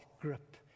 grip